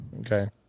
Okay